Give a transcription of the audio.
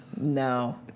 No